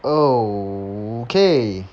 oh okay